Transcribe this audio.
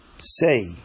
say